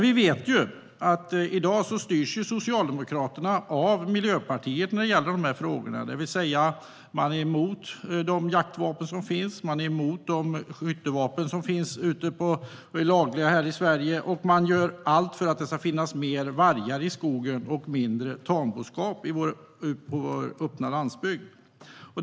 Vi vet dock att i dag styrs Socialdemokraterna av Miljöpartiet när det gäller dessa frågor, det vill säga man är emot de jaktvapen som finns, man är emot de skjutvapen som finns och är lagliga här i Sverige och man gör allt för att det ska finnas mer varg i skogen och mindre tamboskap på vår öppna landsbygd.